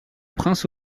prince